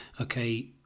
okay